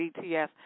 BTS